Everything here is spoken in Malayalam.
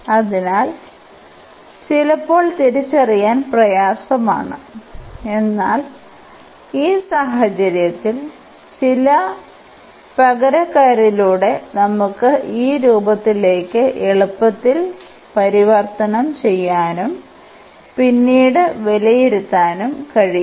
അതിനാൽ ചിലപ്പോൾ തിരിച്ചറിയാൻ പ്രയാസമാണ് എന്നാൽ ഈ സാഹചര്യത്തിൽ ചില പകരക്കാരിലൂടെ നമുക്ക് ഈ രൂപത്തിലേക്ക് എളുപ്പത്തിൽ പരിവർത്തനം ചെയ്യാനും പിന്നീട് വിലയിരുത്താനും കഴിയും